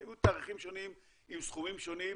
היו תאריכים שונים עם סכומים שונים.